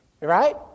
Right